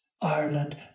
Ireland